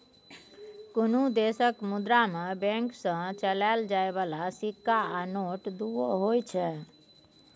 कुनु देशक मुद्रा मे बैंक सँ चलाएल जाइ बला सिक्का आ नोट दुओ होइ छै